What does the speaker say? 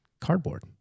cardboard